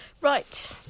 Right